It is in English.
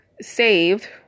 saved